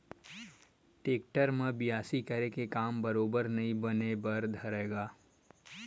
tractor म बियासी करे के काम बरोबर नइ बने बर धरय गा